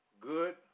Good